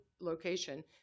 location